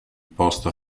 posta